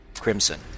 crimson